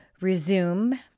resume